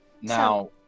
Now